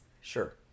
Sure